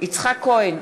יצחק כהן,